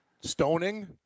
Stoning